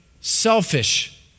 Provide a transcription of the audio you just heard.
selfish